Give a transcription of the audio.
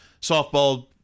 softball